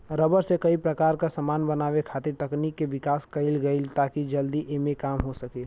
rubber से कई प्रकार क समान बनावे खातिर तकनीक के विकास कईल गइल ताकि जल्दी एमे काम हो सके